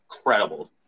incredible